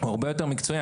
הרבה יותר מקצועי.